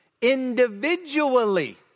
individually